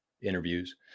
interviews